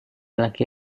laki